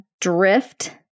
drift